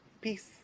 Peace